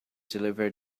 deliver